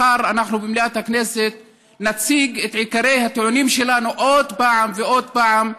מחר אנחנו נציג במליאת הכנסת את עיקרי הטיעונים שלנו עוד פעם ועוד פעם,